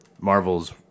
Marvel's